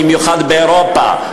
במיוחד באירופה,